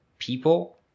people